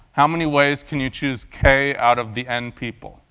how many ways can you choose k out of the n people,